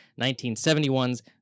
1971's